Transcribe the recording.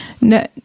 no